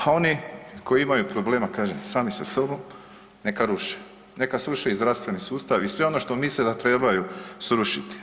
A oni koji imaju problema sami sa sobom, neka ruše, neka sruše i zdravstveni sustav i sve ono što misle da trebaju srušiti.